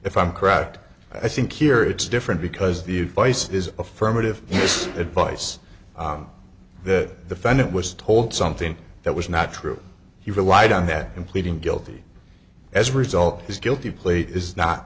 if i'm correct i think here it's different because the advice is affirmative advice that the find it was told something that was not true he relied on that in pleading guilty as a result his guilty plea is not